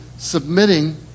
Submitting